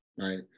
right